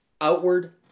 outward